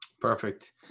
Perfect